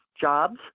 jobs